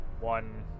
one